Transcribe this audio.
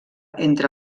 entre